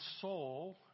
soul